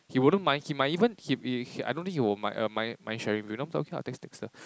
he wouldn't mind he might even he he I don't think he will mind mind sharing with you okay I can text Dexter